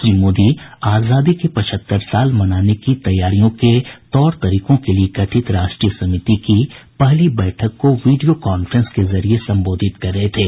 श्री मोदी आजादी के पचहत्तर साल मनाने की तैयारियों के तौर तरीकों के लिए गठित राष्ट्रीय समिति की पहली बैठक को वीडियो कांफ्रेंस के जरिए संबोधित कर रहे थे